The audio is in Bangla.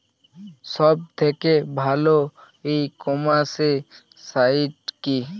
সব থেকে ভালো ই কমার্সে সাইট কী?